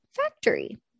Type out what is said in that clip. factory